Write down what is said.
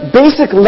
basic